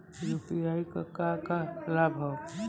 UPI क का का लाभ हव?